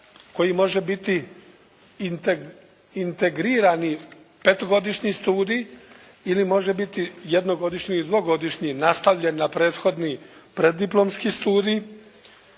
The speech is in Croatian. koji može biti integrirani petogodišnji studij ili može biti jednogodišnji ili dvogodišnji nastavljen na prethodni preddiplomski studij,